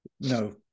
No